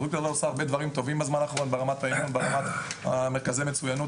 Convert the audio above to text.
ההתאחדות עושה הרבה דברים טובים בזמן האחרון ברמת מרכזי המצוינות,